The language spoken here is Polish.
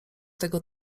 tego